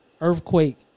Earthquake